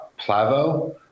plavo